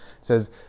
says